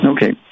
Okay